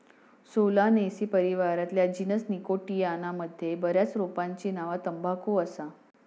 Solanaceae परिवारातल्या genus Nicotiana मध्ये बऱ्याच रोपांची नावा तंबाखू असा